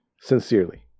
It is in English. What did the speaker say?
Sincerely